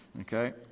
Okay